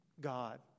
God